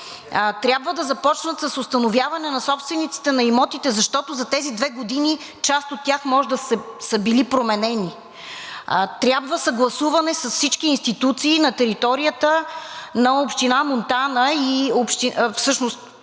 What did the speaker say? трябва да започнат с установяване на собствениците на имотите, защото за тези две години част от тях може да са били променени. Трябва съгласуване с всички институции на територията на община Монтана, всъщност